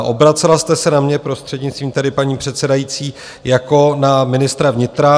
Obracela jste se na mě, prostřednictvím tedy paní předsedající, jako na ministra vnitra.